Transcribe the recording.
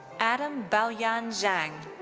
adam baoyan zhang.